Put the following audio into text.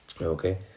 Okay